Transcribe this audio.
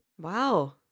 Wow